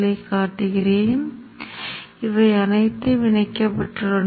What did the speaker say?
1 என்ற கட்டுப்பாட்டுக் குறிப்புடன் கொடுக்கப்பட்டுள்ளது